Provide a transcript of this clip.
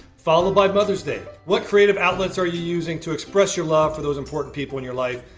followed by mother's day. what creative outlets are you using to express your love for those important people in your life?